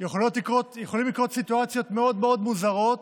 יכולות לקרות סיטואציות מאוד מאוד מוזרות,